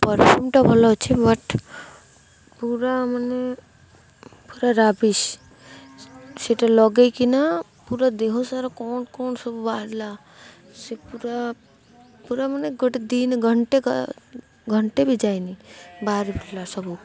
ପରଫ୍ୟୁମ୍ଟା ଭଲ ଅଛି ବଟ୍ ପୁରା ମାନେ ପୁରା ରାବିଶ ସେଇଟା ଲଗାଇକିନା ପୁରା ଦେହ ସାରା କ'ଣ କ'ଣ ସବୁ ବାହାରିଲା ସେ ପୁରା ପୁରା ମାନେ ଗୋଟେ ଦିନ ଘଣ୍ଟେ ଘଣ୍ଟେ ବି ଯାଇନି ବାହାରି ପଡ଼ିଲା ସବୁ